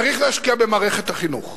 צריך להשקיע במערכת החינוך.